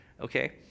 okay